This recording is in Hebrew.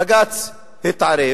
בג"ץ התערב